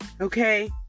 Okay